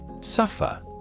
Suffer